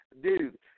dude